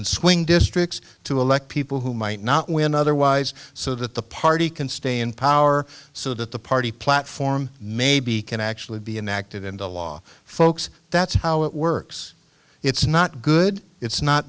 in swing districts to elect people who might not win otherwise so that the party can stay in power so that the party platform may be can actually be enacted into law folks that's how it works it's not good it's not